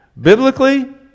biblically